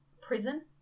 prison